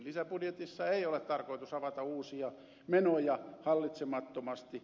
lisäbudjetissa ei ole tarkoitus avata uusia menoja hallitsemattomasti